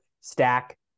stack